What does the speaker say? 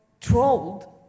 trolled